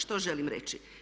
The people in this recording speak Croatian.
Što želim reći?